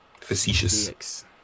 facetious